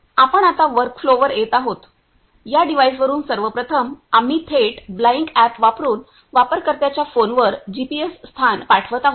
आपण आता वर्कफ्लोवर येत आहोत या डिव्हाइसवरून सर्वप्रथम आम्ही थेट ब्लाइंक अॅप वापरुन वापरकर्त्याच्या फोनवर जीपीएस स्थान पाठवत आहोत